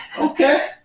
Okay